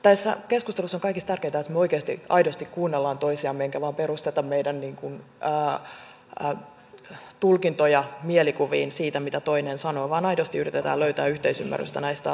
tässä keskustelussa on kaikista tärkeintä että me oikeasti aidosti kuuntelemme toisiamme emmekä vain perusta meidän tulkintojamme mielikuviin siitä mitä toinen sanoo vaan aidosti yritämme löytää yhteisymmärrystä näistä asioista